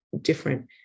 different